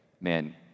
man